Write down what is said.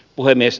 puhemies